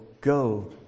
go